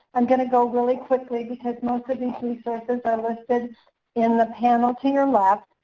i'm going to go really quickly because most of these resources are listed in the panel to your left.